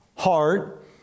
Heart